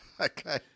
Okay